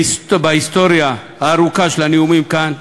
בהיסטוריה הארוכה של הנאומים כאן,